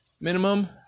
minimum